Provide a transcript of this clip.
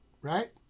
right